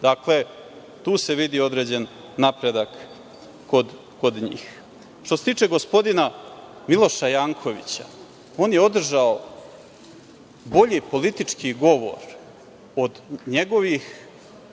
Dakle, tu se vidi određen napredak kod njih. Što se tiče gospodina Miloša Jankovića, on je održao bolji politički govor od njegovih